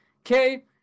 okay